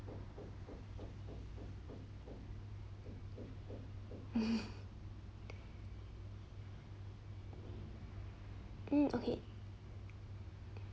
hmm okay